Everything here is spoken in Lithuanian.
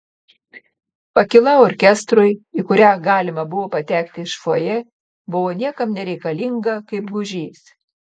pakyla orkestrui į kurią galima buvo patekti iš fojė buvo niekam nereikalinga kaip gūžys